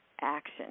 action